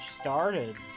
started